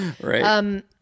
Right